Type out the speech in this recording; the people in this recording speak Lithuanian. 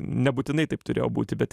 nebūtinai taip turėjo būti bet